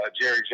Jerry